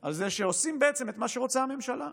על זה שעושים בעצם את מה שרוצה הממשלה?